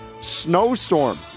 Snowstorm